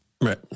Right